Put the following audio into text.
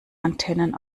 antennen